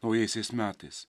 naujaisiais metais